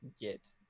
get